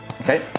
Okay